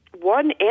one